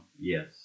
yes